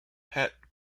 pet